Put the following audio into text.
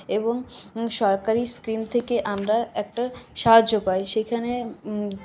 এবং সরকারি স্কিম থেকে আমরা একটা সাহায্য পাই সেইখানে